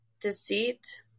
Deceit